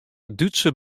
dútske